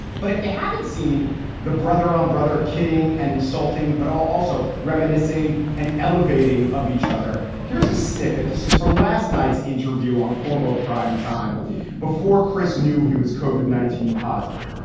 but if you haven't seen the brother on brother kitting and insulting, but also reminiscing and elevating of each other, here's a snippet. this is from last night's interview on cuomo prime time before chris knew he was covered nineteen positive.